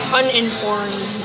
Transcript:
uninformed